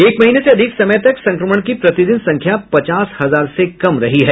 एक महीने से अधिक समय तक संक्रमण की प्रतिदिन संख्या पचास हजार से कम रह गई है